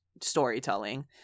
storytelling